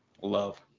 love